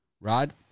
Rod